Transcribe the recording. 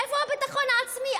איפה הביטחון העצמי?